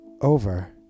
over